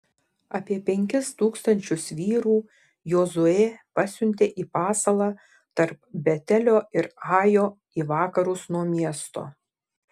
apie penkis tūkstančius vyrų jozuė pasiuntė į pasalą tarp betelio ir ajo į vakarus nuo miesto